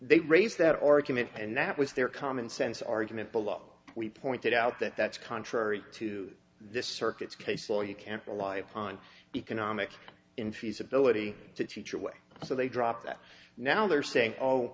they raised that argument and that was their common sense argument below we pointed out that that's contrary to this circuit's case well you can't rely on economic infeasibility to teach your way so they drop that now they're saying oh